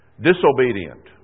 disobedient